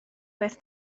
beth